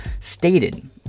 stated